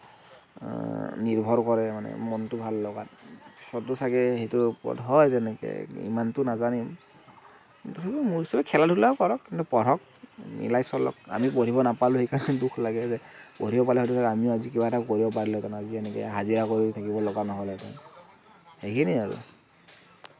নিৰ্ভৰ কৰে মানে মনটো ভাল লগাত সবটো চাগে সেইটোৰ ওপৰত হয় তেনেকে ইমানটো নাজানিম কিন্তু তথাপিও মোৰ হিচাপে খেলাধূলা কৰক কিন্তু পঢ়ক মিলাই চলক আমি পঢ়িব নাপালোঁ সেইকাৰণে দুখ লাগে যে পঢ়িব পোৱা হ'লে হয়তু আমিও আজি কিবা এটা কৰিব পাৰিলোঁহেতেন আজি এনেকে হাজিৰা কৰি থাকিব লগা নহ'লহেতেন সেইখিনিয়েই আৰু